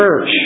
church